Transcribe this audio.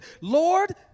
Lord